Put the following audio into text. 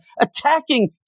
attacking